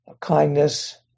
kindness